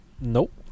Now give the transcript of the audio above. Nope